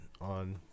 on